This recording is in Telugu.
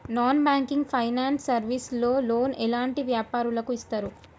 నాన్ బ్యాంకింగ్ ఫైనాన్స్ సర్వీస్ లో లోన్ ఎలాంటి వ్యాపారులకు ఇస్తరు?